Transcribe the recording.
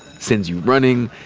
sends you running,